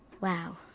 Wow